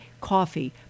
coffee